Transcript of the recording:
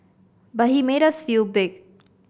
but he made us feel big